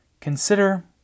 Consider